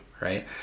right